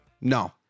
No